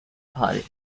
party